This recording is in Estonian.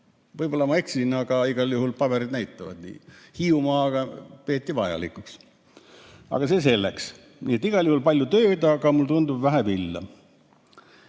Võib-olla ma eksin, aga igal juhul paberid näitavad nii. Hiiumaaga peeti seda vajalikuks. Aga see selleks. Nii et igal juhul palju tööd, aga mulle tundub, et vähe villa.